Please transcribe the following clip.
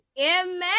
Amen